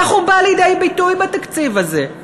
איך הוא בא לידי ביטוי בתקציב הזה?